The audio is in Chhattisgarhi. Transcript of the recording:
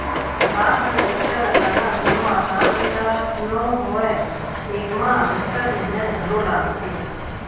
बाग बगिचा लगाना कोनो असान बूता नो हय, एमा बिकट मेहनत घलो लागथे